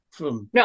No